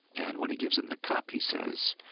and when he gives them the cup he says,